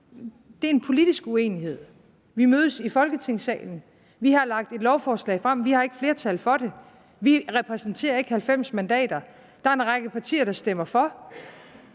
Det er en politisk uenighed. Vi mødes i Folketingssalen, vi har lagt et lovforslag frem, vi har ikke flertal for det, vi repræsenterer ikke 90 mandater. Der er en række partier, der stemmer for,